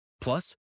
Plus